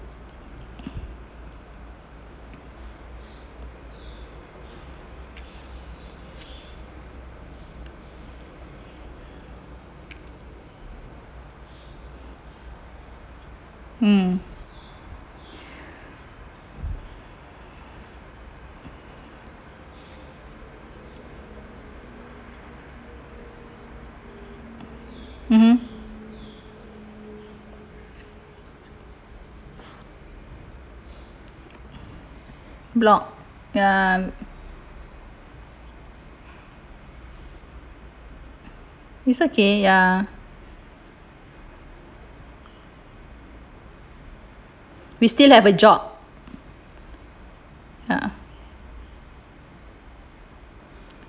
mm (uh huh) block ya it's okay ya we still have a job ya